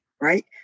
Right